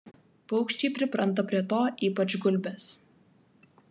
paukščiai pripranta prie to ypač gulbės